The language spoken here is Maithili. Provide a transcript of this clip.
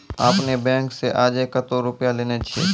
आपने ने बैंक से आजे कतो रुपिया लेने छियि?